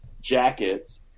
jackets